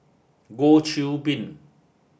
Goh Qiu Bin